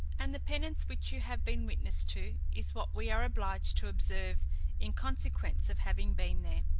and the penance which you have been witness to, is what we are obliged to observe in consequence of having been there.